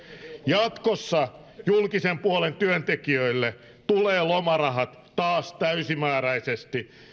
jatkossa julkisen puolen työntekijöille tulee lomarahat taas täysimääräisesti